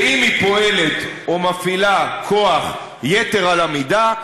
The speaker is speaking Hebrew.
ואם היא פועלת או מפעילה כוח יתר על המידה,